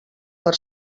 per